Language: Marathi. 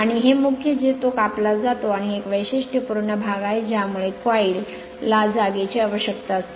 आणि हे मुख्य जे तो कापला जातो आणि हे एक वैशिष्ट्यपूर्ण भाग आहे ज्यामुळे कॉईल ला जागेची आवश्यकता असते